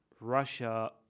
Russia